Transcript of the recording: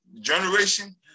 generation